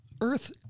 earth